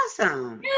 Awesome